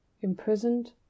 imprisoned